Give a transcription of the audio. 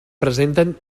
presenten